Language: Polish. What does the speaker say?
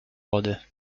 wody